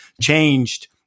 changed